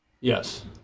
yes